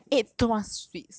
cause you eat too much sweet